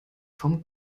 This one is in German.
vom